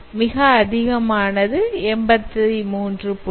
மிக அதிகமானது 83